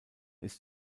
ist